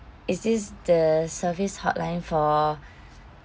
is this the service hotline for